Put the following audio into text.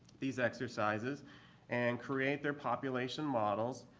these exercises and create their population models.